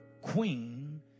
queen